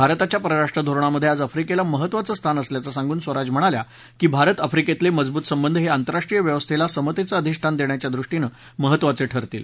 भारताच्या परराष्ट्र धोरणामध्ये आज आफ्रीकेला महत्त्वाचं स्थान असल्याचं सांगून स्वराज म्हणाल्या की भारत आफ्रीकेतले मजबूत संबंध हे आंतरराष्ट्रीय व्यवस्थेला समतेचं अधिष्ठान देण्याच्या दृष्टीनं महत्त्वाचे ठरतील